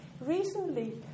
recently